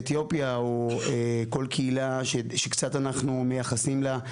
אתיופיה או כל קהילה שקצת אנחנו מייחסים לה,